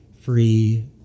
free